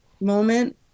moment